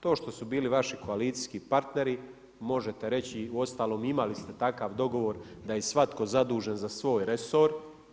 To što su bili vaši koalicijski partneri, možete reći uostalom, imali ste takav dogovor da je svatko zadužen za svoj resor.